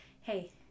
hey